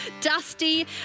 dusty